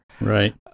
Right